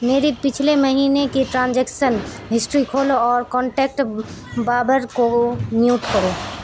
میری پچھلے مہینے کی ٹرانزیکشن ہسٹری کھولو اور کانٹیکٹ بابر کو میوٹ کرو